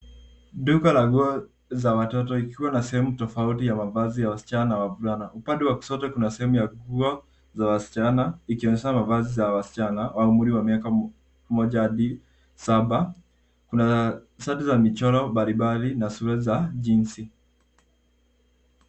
Duka la nguo za watoto ikiwa na sehemu tofauti ya mavazi ya wasichana na wavulana. Upande wa kushoto kuna sehemu ya nguo za wasichana ikionyesha mavazi za wasichana wa umri wa miaka moja hadi saba. Kuna shati za michoro mbalimbali na suruali za jinzi.